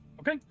Okay